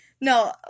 No